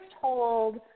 told